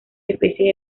especies